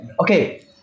okay